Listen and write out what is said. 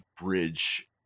bridge